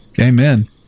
Amen